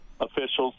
officials